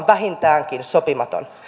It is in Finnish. vähintäänkin sopimaton